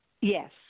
Yes